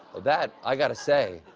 that, i got to say,